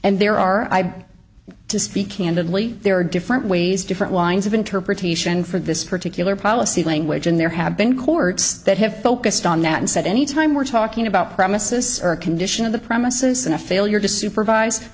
and there are i to speak candidly there are different ways different lines of interpretation for this particular policy language and there have been courts that have focused on that and said anytime we're talking about premises or condition of the premises and a failure to supervise